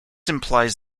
implies